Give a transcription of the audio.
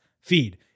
feed